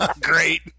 Great